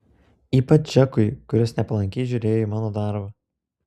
ypač džekui kuris nepalankiai žiūrėjo į mano darbą